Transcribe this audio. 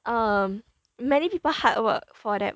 um many people hard work for them